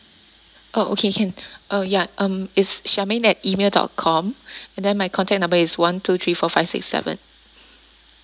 oh okay can uh ya um it's charmaine at email dot com then my contact number is one two three four five six seven